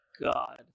God